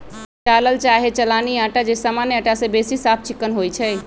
चालल चाहे चलानी अटा जे सामान्य अटा से बेशी साफ चिक्कन होइ छइ